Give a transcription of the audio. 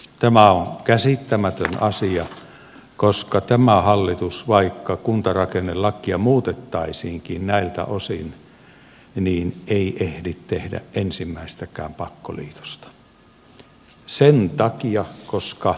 tämä on käsittämätön asia koska tämä hallitus vaikka kuntarakennelakia muutettaisiinkin näiltä osin ei ehdi tehdä ensimmäistäkään pakkoliitosta sen takia koska